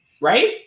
right